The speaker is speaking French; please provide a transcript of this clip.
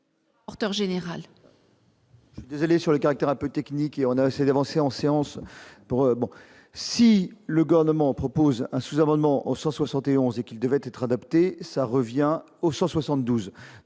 Auteur générale. Vous allez sur le caractère un peu technique, et on a essayé d'avancer en séance pour bon si le nommant propose un sous-amendement au 171 et qu'il devait être adapté, ça revient au 172